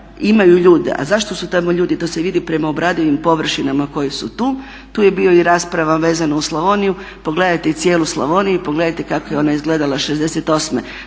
imaju ljude. A zašto su tamo ljudi? To se vidi prema obradivim površinama koje su tu. Tu je bila i rasprava vezano uz Slavoniju, pogledajte i cijelu Slavoniju i pogledajte kako je ona izgledala '68.